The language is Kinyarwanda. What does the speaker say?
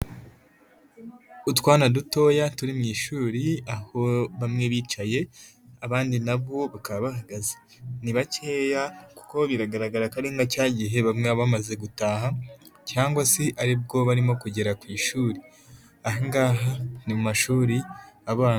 Utwana dutoya turi mu ishuri, aho bamwe bicaye abandi nabo bakaba bahagaze, ni bakeya kuko biragaragara aka ari nka cya gihe bamwe bamaze gutaha cyangwa se aribwo barimo kugera ku ishuri, anhangaha mu mashuri abanza.